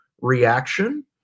reaction